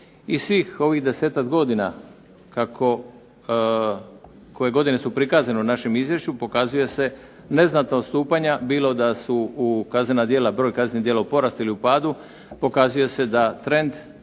Iz svih ovih 10-ak godina koje godine su prikazane u našem izvješću pokazuju se neznatna odstupanja bilo da su kaznena djela, broj kaznenih djela u porastu ili padu, pokazuje se da trend